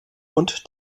und